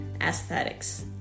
aesthetics